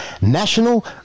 National